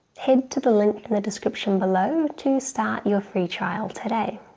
head to the link in the description below to start your free trial today.